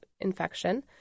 infection